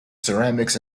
ceramics